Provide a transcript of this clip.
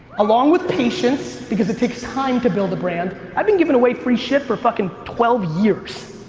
along with patience, because it takes time to build a brand. i've been giving away free shit for fuckin' twelve years.